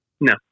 No